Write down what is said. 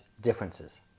differences